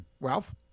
Ralph